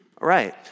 Right